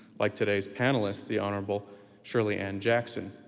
like today's panelist, the honorable shirley ann jackson.